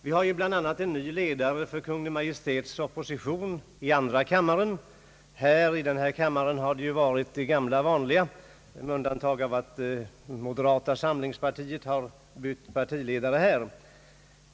Vi har bl.a. en ny ledare för Kungl. Maj:ts opposition i andra kammaren. I denna kammare har det varit det gamla vanliga med undantag för att moderata samlingspartiet har bytt partiledare här.